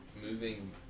moving